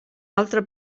altre